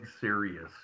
serious